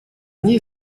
ней